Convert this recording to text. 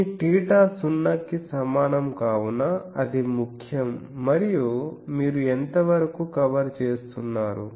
మీ θ సున్నాకి సమానం కావున అది ముఖ్యం మరియు మీరు ఎంత వరకు కవర్ చేస్తున్నారు